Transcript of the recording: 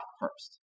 first